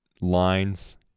lines